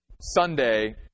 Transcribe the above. Sunday